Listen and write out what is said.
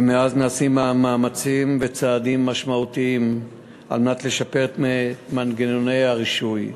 ומאז נעשים מאמצים וצעדים משמעותיים על מנת לשפר את מנגנוני הרישוי.